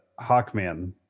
Hawkman